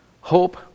Hope